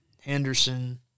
Henderson